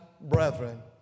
brethren